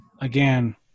again